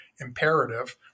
imperative